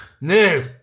no